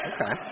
Okay